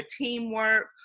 teamwork